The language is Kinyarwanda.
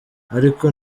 ariko